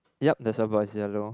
yup there's a bird it's yellow